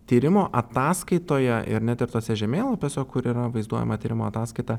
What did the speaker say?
tyrimo ataskaitoje ir net ir tuose žemėlapiuose kur yra vaizduojama tyrimo ataskaita